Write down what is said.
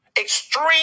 extreme